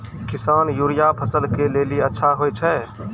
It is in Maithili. किसान यूरिया फसल के लेली अच्छा होय छै?